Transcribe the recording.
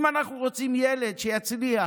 אם אנחנו רוצים ילד שיצליח,